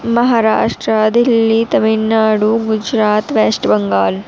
Maharashtra Delhi Tamil Nadu Gujarat West Bengal